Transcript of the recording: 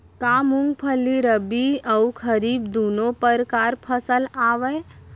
का मूंगफली रबि अऊ खरीफ दूनो परकार फसल आवय?